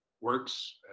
works